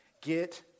Get